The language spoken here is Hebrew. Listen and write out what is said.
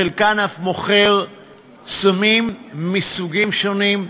חלקן אף מוכר סמים מסוגים שונים,